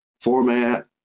format